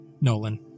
Nolan